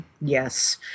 Yes